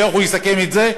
ואיך הוא יסכם את זה?